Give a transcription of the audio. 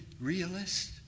realist